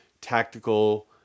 tactical